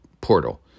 portal